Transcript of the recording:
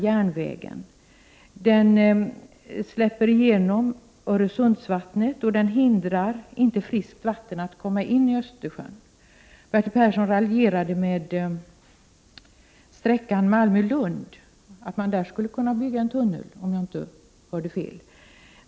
En tunnel skulle släppa igenom Öresundsvattnet, och den skulle inte hindra friskt vatten att komma in i Östersjön. Bertil Person raljerade med att man skulle kunna bygga en tunnel på sträckan Malmö-Lund, om jag inte hörde fel.